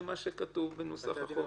ומה שכתוב בנוסח החוק --- לבתי הדין